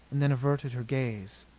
and then averted her gaze.